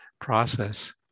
process